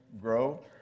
grow